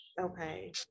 okay